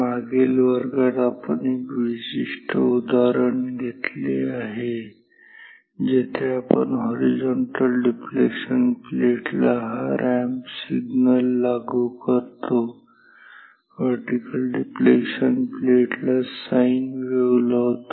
मागील वर्गात आपण एक विशिष्ट उदाहरण घेतले आहे जेथे आपण हॉरिझॉन्टल डिफ्लेक्शन प्लेट ला हा रॅम्प सिग्नल लागू करतो वर्टिकल डिफ्लेक्शन प्लेट ला साइन वेव्ह लावतो